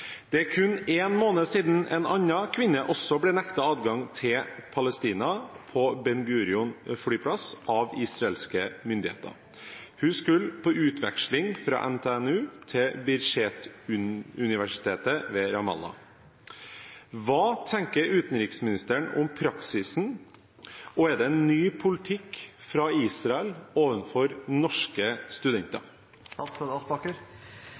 Det er kun én måned siden en annen norsk kvinne også ble nektet adgang til Palestina på Ben Gurion-flyplassen av israelske myndigheter. Hun skulle på utveksling fra NTNU til Birzeit-universitet ved Ramallah. Hva tenker utenriksministeren om denne praksisen, og er det en ny politikk fra Israel overfor norske studenter?»